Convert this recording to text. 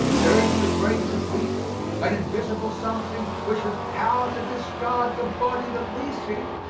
there is in the grain of wheat an invisible something which has power to discard the body that we see,